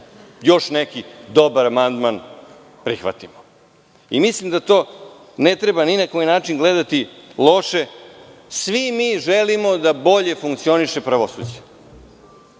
još neki dobar amandman prihvatimo. Mislim da to ne treba ni na koji način gledati loše. Svi mi želimo da bolje funkcioniše pravosuđe. Ovde